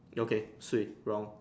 okay swee wrong